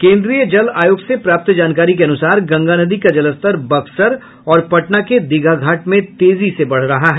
केन्द्रीय जल आयोग से प्राप्त जानकारी के अनुसार गंगा नदी का जलस्तर बक्सर और पटना के दीघा घाट में तेजी से बढ़ रहा है